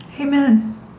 Amen